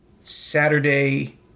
Saturday